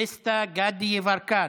דסטה גדי יברקן,